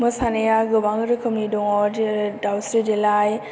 मोसानाया गोबां रोखोमनि दङ जेरै दावस्रि देलाइ